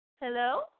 Hello